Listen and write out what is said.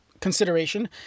consideration